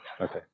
Okay